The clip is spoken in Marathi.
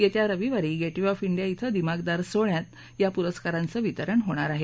येत्या रविवारी गेट वे ऑफ इंडिया इथं दिमाखदार सोहळ्यात या पुस्कारांचं वितरण होणार आहे